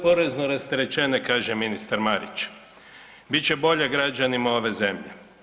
Porezno rasterećenje kaže ministar Marić, bit će bolje građanima ove zemlje.